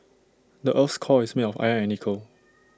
the Earth's core is made of iron and nickel